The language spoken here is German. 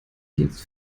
dienst